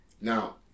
Now